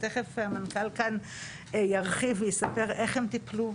ותכך המנכ"ל כאן ירחיב ויספר איך הם טיפלו.